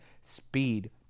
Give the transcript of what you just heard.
speed